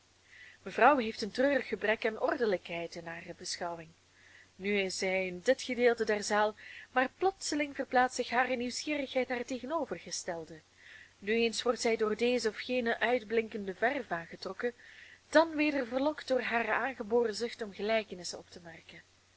mevrouw heeft een treurig gebrek aan ordelijkheid in hare beschouwing nu is zij in dit gedeelte der zaal maar plotseling verplaatst zich hare nieuwsgierigheid naar het tegenovergestelde nu eens wordt zij door deze of gene uitblinkende verf aangetrokken dan weder verlokt door haar aangeboren zucht om gelijkenissen op te merken